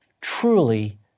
truly